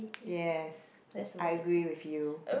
yes I agree with you